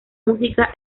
música